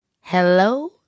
hello